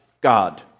God